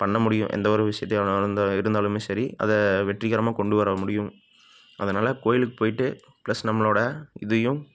பண்ண முடியும் எந்த ஒரு விஷயத்தையானாலும் இருந்தால் இருந்தாலுமே சரி அதை வெற்றிகரமாக கொண்டு வர முடியும் அதனால் கோவிலுக்கு போயிட்டு ப்ளஸ் நம்மளோடய இதையும்